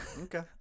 Okay